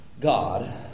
God